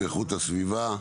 שלום בוקר טוב לכולם,